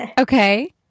Okay